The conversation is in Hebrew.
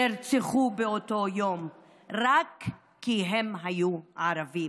נרצחו באותו יום רק כי הם היו ערבים.